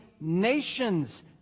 nations